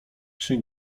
czy